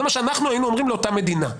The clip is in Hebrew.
זה מה שאנחנו היינו אומרים לאותה מדינה.